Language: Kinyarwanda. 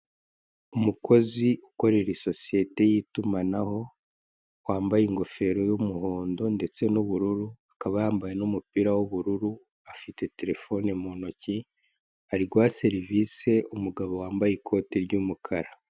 Umukozi ukorera isosiyete y'itumanaho, wambaye ingofero y'umuhondo ndetse n'ubururu, akaba yambaye n'umupira w'ubururu, afite telefone mu ntoki, ari guha serivise umugabo wambaye ikoti ry'umukara.